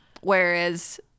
Whereas –